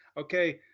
Okay